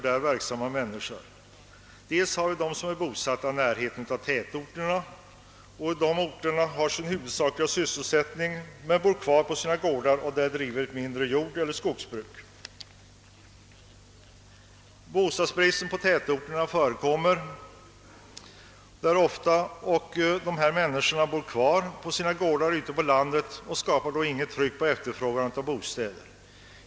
Det finns människor som är bosatta i närheten av tätorterna och som i dessa orter har sin huvudsakliga sysselsättning men som bor kvar på sina gårdar och där driver ett mindre jordeller skogsbruk. Bostadsbrist är vanlig i tätorterna, men dessa män niskor som bor Kvar på sina gårdar ute på landet skapar inget efterfrågetryck beträffande bostäder.